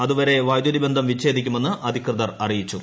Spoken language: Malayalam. അതുവരെ വൈദ്യുതി ബന്ധം വഛേദിക്കുമെന്ന് അധികൃതർ അറിയിച്ചു